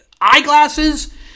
eyeglasses